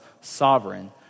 sovereign